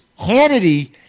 Hannity